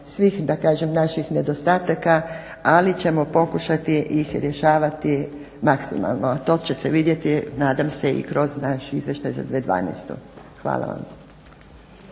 svih da kažem naših nedostataka, ali ćemo pokušati ih rješavati maksimalno. To će se vidjeti nadam se i kroz naš Izvještaj za 2012. Hvala vam.